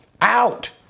out